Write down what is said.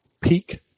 peak